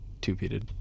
two-peated